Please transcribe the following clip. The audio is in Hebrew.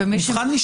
מבחן לשכה.